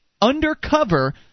undercover